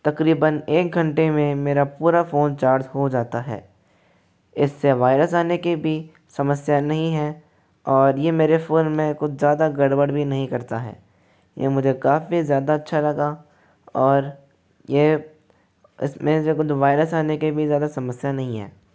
तकरीबन एक घंटे में मेरा पूरा फोन चार्ज हो जाता है इससे वायरस आने के भी समस्या नहीं है और यह मेरा फोन में कुछ ज़्यादा गड़बड़ भी नहीं करता है यह मुझे काफ़ी ज़्यादा अच्छा लगा और यह इसमे वायरस आने के भी ज़्यादा समस्या नहीं है